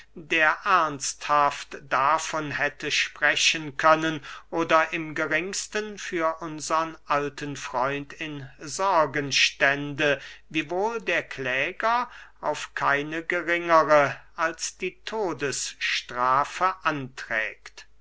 der ernsthaft davon hätte sprechen können oder im geringsten für unsern alten freund in sorgen stände wiewohl der kläger auf keine geringere als die todesstrafe anträgt